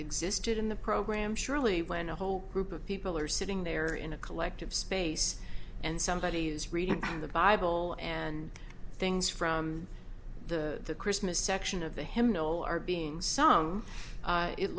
existed in the program surely when a whole group of people are sitting there in a collective space and somebody is reading the bible and things from the christmas section of the hymnal are being s